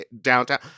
downtown